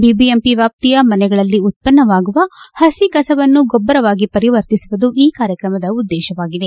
BBMP ವ್ಯಾಪ್ತಿಯ ಮನೆಗಳಲ್ಲಿ ಉತ್ತನ್ನವಾಗುವ ಹಸಿ ಕಸವನ್ನು ಗೊಬ್ಬರವಾಗಿ ಪರಿವರ್ತಿಸುವುದು ಈ ಕಾರ್ಯತ್ರಮದ ಉದ್ದೇಶವಾಗಿದೆ